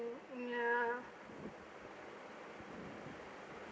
mm ya